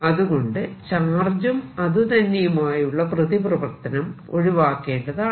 അതുകൊണ്ട് ചാർജും അതുതന്നെയുമായുള്ള പ്രതിപ്രവർത്തനം ഒഴിവാക്കേണ്ടതാണ്